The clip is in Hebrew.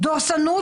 דורסנות.